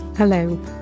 Hello